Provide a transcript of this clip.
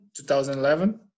2011